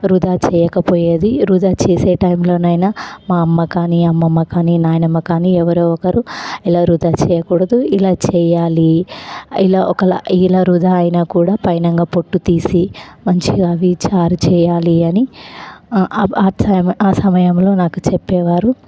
వృధా చేయకపోయేది వృధా చేసే టైంలోనైనా మా అమ్మ కానీ అమ్మమ్మ కానీ నాయనమ్మ కానీ ఎవరో ఒకరు ఇలా వృధా చెయ్యకూడదు ఇలా చెయ్యాలి ఇలా ఒకలా ఇలా వృధా అయినా కూడా పైనంగ పొట్టు తీసి మంచిగా అవి చారు చెయ్యాలి అని ఆ సమయంలో నాకు చెప్పేవారు